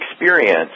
experience